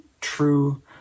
true